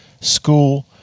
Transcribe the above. school